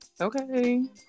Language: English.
okay